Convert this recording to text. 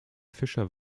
fischer